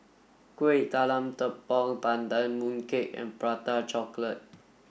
Kuih Talam Tepong Pandan Mooncake and prata chocolate